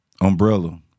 Umbrella